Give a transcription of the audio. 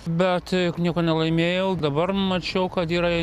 bet juk nieko nelaimėjau dabar mačiau kad yra